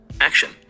Action